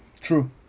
True